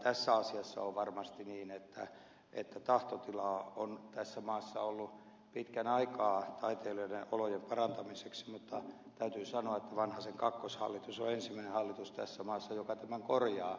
tässä asiassa on varmasti niin että tahtotilaa on tässä maassa ollut pitkän aikaa taiteilijoiden olojen parantamiseksi mutta täytyy sanoa että vanhasen kakkoshallitus on ensimmäinen hallitus tässä maassa joka tämän korjaa